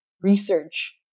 research